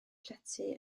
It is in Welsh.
llety